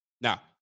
Now